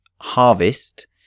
harvest